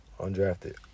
Undrafted